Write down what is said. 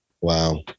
Wow